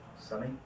sunny